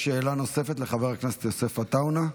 יש שאלה נוספת לחבר הכנסת יוסף עטאונה?